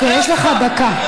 יש לך דקה.